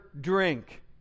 drink